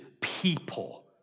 people